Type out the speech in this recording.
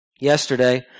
Yesterday